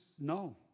no